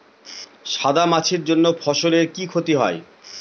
সাদা মাছির জন্য ফসলের কি ক্ষতি হয়?